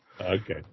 Okay